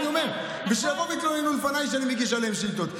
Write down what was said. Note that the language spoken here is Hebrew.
ושיבואו ויתלוננו לפניי שאני מגיש עליהם שאילתות.